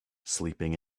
sleeping